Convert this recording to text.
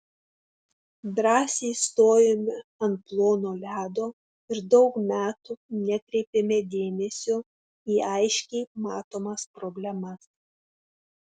drąsiai stojome ant plono ledo ir daug metų nekreipėme dėmesio į aiškiai matomas problemas